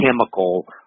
chemical